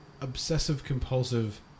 obsessive-compulsive